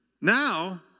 now